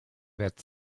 wert